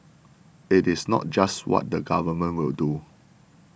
it is not just what the Government will do